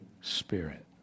Spirit